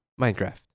Minecraft